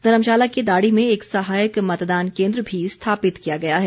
धर्मशाला के दाड़ी में एक सहायक मतदान केन्द्र भी स्थापित किया गया है